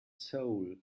soul